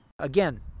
Again